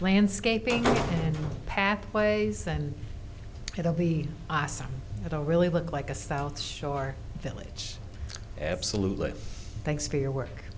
landscaping pathways and it'll be awesome i don't really look like a south shore village absolutely thanks for your work